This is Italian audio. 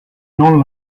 non